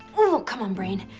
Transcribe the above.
ooh, come on, brain.